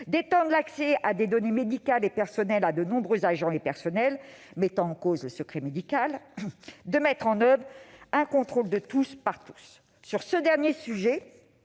d'étendre l'accès à des données médicales et personnelles à de nombreux agents et personnels mettant en cause le secret médical ; de mettre en oeuvre un contrôle de tous par tous. Sur ce dernier sujet,